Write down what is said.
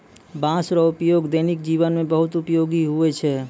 बाँस रो उपयोग दैनिक जिवन मे बहुत उपयोगी हुवै छै